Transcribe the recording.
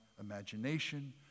imagination